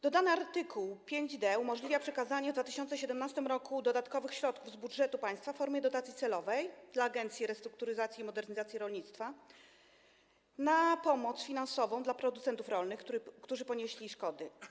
Dodany art. 5d umożliwia przekazanie w 2017 r. dodatkowych środków z budżetu państwa w formie dotacji celowej dla Agencji Restrukturyzacji i Modernizacji Rolnictwa na pomoc finansową dla producentów rolnych, którzy ponieśli szkody.